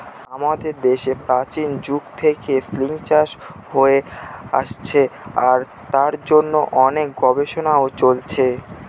আমাদের দেশে প্রাচীন যুগ থেকে সিল্ক চাষ হয়ে আসছে আর তার জন্য অনেক গবেষণাও চলছে